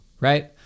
right